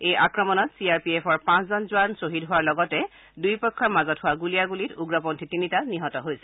এই আক্ৰমণত চি আৰ পি এফৰ পাঁচজন জোৱান খ্হীদ হোৱাৰ লগতে দুয়োপক্ষৰ মাজত হোৱা গুলিয়াগুলীত উগ্ৰপন্থী তিনিটা নিহত হৈছিল